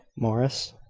morris,